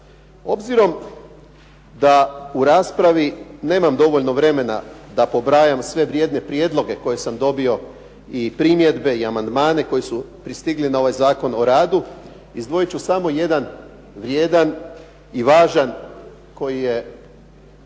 Obzirom da u raspravi nemam dovoljno vremena da pobrajam sve vrijedne prijedloge koje sam dobio i primjedbe i amandmane koje su pristigli na ovaj Zakon o radu, izdvojit ću samo jedan vrijedan i važan, koji je